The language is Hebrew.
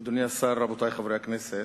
אדוני השר, רבותי חברי הכנסת,